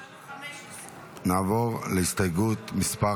15. נעבור להסתייגות מס'